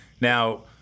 Now